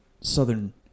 southern